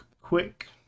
quick